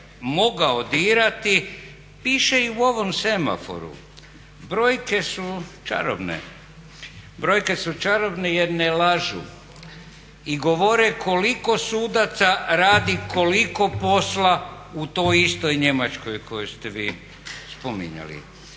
mogao dirati piše i u ovom semaforu, brojke su čarobne, brojke su čarobne jer ne lažu i govore koliko sudaca radi koliko posla u toj istoj Njemačkoj koju ste vi spominjali.